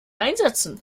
einsetzen